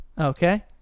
Okay